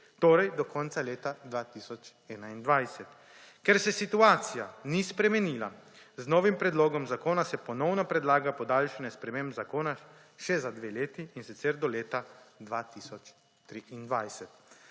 torej do konca leta 2021. Ker se situacija ni spremenila, se z novim predlogom zakona ponovno predlaga podaljšanje sprememb zakona še za dve leti, in sicer do leta 2023.